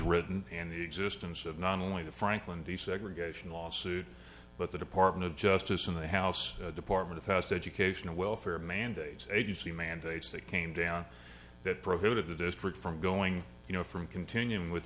written and the existence of not only the franklin desegregation lawsuit but the department of justice in the house department test education and welfare mandates agency mandates that came down that prohibited the district from going you know from continuing with